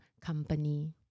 company